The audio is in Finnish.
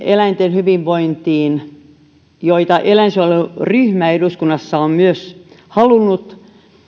eläinten hyvinvointiin paljon parannuksiakin joita eläinsuojeluryhmä eduskunnassa on myös halunnut